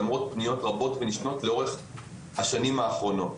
למרות פניות רבות ונשנות לאורך השנים האחרונות.